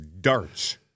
darts